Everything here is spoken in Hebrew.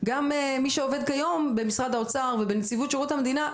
גם מי שעובד כיום במשרד האוצר ובנציבות שירות המדינה,